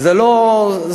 וזה לא אוורירי,